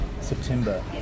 September